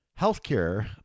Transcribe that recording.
healthcare